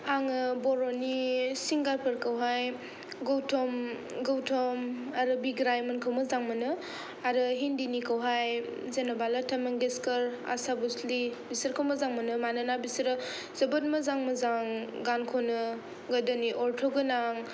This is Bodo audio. आङो बर'नि सिंगार फोरखौहाय गौतम गौतम आरो बिग्राय मोनखौ मोजां मोनो आरो हिन्दीनिखौहाय जेनबा लटा मांगेस्कर आसा ब्रुस्लि बिसोरखौ मोजां मोनो मानोना बिसोरो जोबोद मोजां गान खनो गोदोनि अर्ट' गोनां